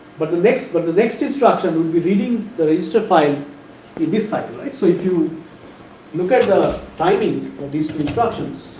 but the next, but the next instruction will be reading the register file in this cycle right. so, if you look at the timing of these two instructions.